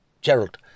Gerald